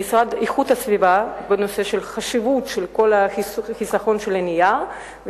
המשרד להגנת הסביבה בנושא חשיבות החיסכון בנייר,